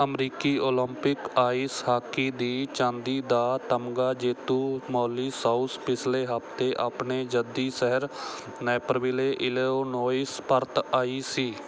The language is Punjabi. ਅਮਰੀਕੀ ਓਲੰਪਿਕ ਆਈਸ ਹਾਕੀ ਦੀ ਚਾਂਦੀ ਦਾ ਤਗਮਾ ਜੇਤੂ ਮੌਲੀ ਸ਼ਾਉਸ ਪਿਛਲੇ ਹਫ਼ਤੇ ਆਪਣੇ ਜੱਦੀ ਸ਼ਹਿਰ ਨੈਪਰਵਿਲੇ ਇਲੀਨੋਇਸ ਪਰਤ ਆਈ ਸੀ